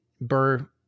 Burr